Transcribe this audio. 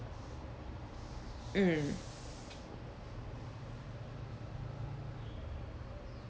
mm